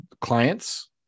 clients